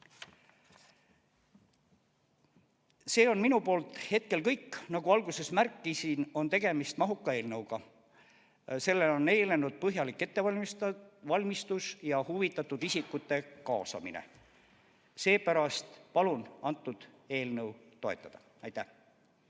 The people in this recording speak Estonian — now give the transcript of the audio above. See on minu poolt hetkel kõik. Nagu alguses märkisin, on tegemist mahuka eelnõuga. Sellele on eelnenud põhjalik ettevalmistus ja huvitatud isikute kaasamine, seepärast palun eelnõu toetada. Aitäh!